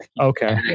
Okay